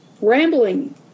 rambling